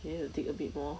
you need to take a bit more